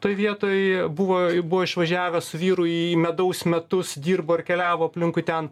toj vietoj buvo buvo išvažiavę su vyru į medaus metus dirbo ir keliavo aplinkui ten